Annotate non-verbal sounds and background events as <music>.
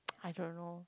<noise> I don't know